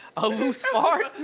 a loose fart?